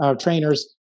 trainers